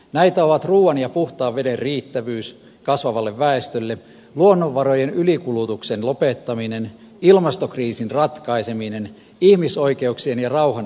näitä ovat ruuan ja puhtaan veden riittävyys kasvavalle väestölle luonnonvarojen ylikulutuksen lopettaminen ilmastokriisin ratkaiseminen ihmisoikeuksien ja rauhan edistäminen